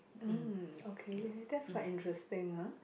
mm okay that's quite interesting ah